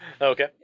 Okay